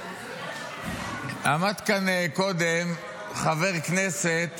עמד כאן קודם חבר כנסת